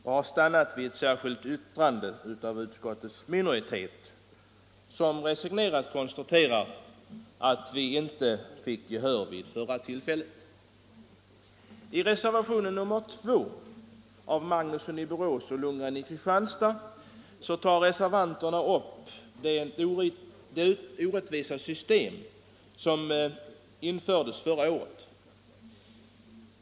Det har stannat vid ett särskilt yttrande av utskottets minoritet, som resignerat konstaterar att man inte fick gehör för tankegången vid förra tillfället. I reservationen 2 av herrar Magnusson i Borås och Lundgren i Kristianstad tar reservanterna upp det orättvisa i det system som infördes förra året.